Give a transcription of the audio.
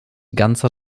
ganzer